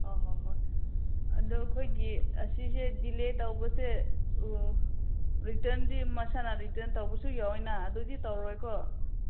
ꯑꯣ ꯍꯣꯏ ꯍꯣꯏ ꯑꯗꯨ ꯑꯩꯈꯣꯏꯒꯤ ꯑꯁꯤꯁꯦ ꯗꯤꯂꯦ ꯇꯧꯕꯁꯦ ꯔꯤꯇꯔꯟꯗꯤ ꯃꯁꯥꯅ ꯔꯤꯇꯔꯟ ꯇꯧꯕꯁꯨ ꯌꯥꯎꯏꯅ ꯑꯗꯨꯗꯤ ꯇꯧꯔꯣꯏꯀꯣ